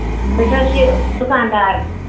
أسۍ حظ چھِ دُکان دار